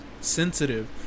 sensitive